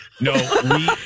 No